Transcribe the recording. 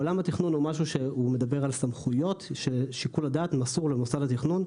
עולם התכנון הוא משהו שמדבר על סמכויות ששיקול הדעת מסור למוסד התכנון,